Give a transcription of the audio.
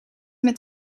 met